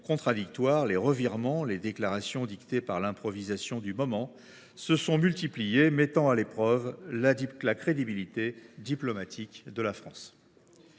les revirements et les déclarations dictées par l’improvisation du moment se sont multipliés, mettant à l’épreuve la crédibilité diplomatique de la France.